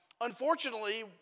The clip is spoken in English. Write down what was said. unfortunately